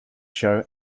show